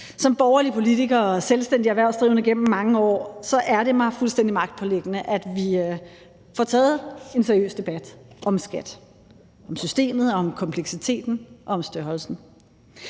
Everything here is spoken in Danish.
Som borgerlig politiker og selvstændig erhvervsdrivende gennem mange år er det mig fuldstændig magtpåliggende, at vi får taget en seriøs debat om skat – om systemet, om kompleksiteten og om størrelsen.